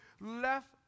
left